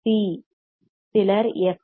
C fc சிலர் F